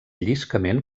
lliscament